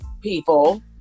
people